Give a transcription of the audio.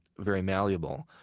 very malleable,